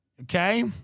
Okay